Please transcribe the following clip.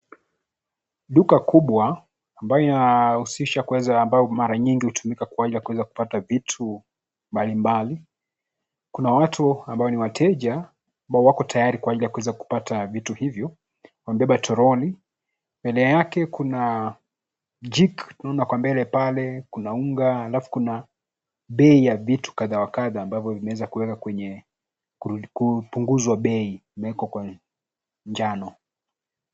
Duka kubwa ambalo linahusisha kuweza ambayo mara nyingi hutumika kwa ajili ya kuweza kupata vitu mbalimbali. Kuna watu ambao ni wateja ambao wako tayari kwa aijili ya kuweza kupata vitu hivyo. Wamebeba toroli. Mbele yake kuna jik , naona kwa mbele pale kuna unga halafu kuna bei ya vitu kadha wa kadha ambavyo vimeweza kuwekwa kwenye kupunguzwa bei na imewekwa kwenye njano.